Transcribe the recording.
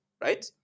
right